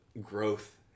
growth